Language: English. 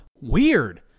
Weird